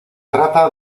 trata